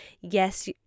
yes